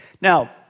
Now